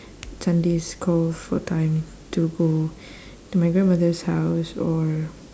sundays call for time to go to my grandmother's house or